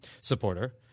supporter